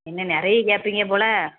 என்ன நிறைய கேட்பீங்க போலே